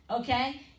okay